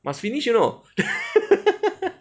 must finish you know